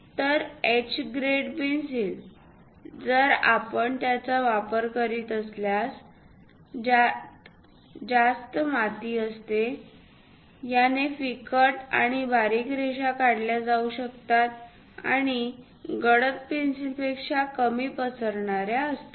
तर H grade pencil जर आपण त्याचा वापर करीत असल्यास यात जास्त मातीअसते याने फिकट आणि बारीक रेषा काढल्या जाऊ शकतात आणि गडद पेन्सिलपेक्षा कमी पसरणाऱ्या असतात